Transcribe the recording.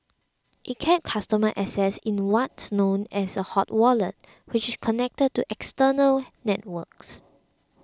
it kept customer assets in what's known as a hot wallet which is connected to external networks